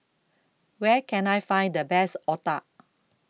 Where Can I Find The Best Otah